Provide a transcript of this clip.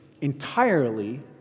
entirely